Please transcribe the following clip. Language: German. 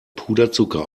puderzucker